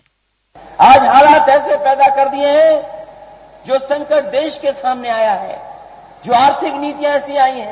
bite आज हालत ऐसे पैदा कर दिये हैं जो संकट देश के सामने आया जो आर्थिक नीतियां ऐसे आई है